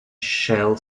shell